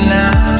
now